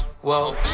whoa